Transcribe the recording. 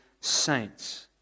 saints